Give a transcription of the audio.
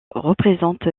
représente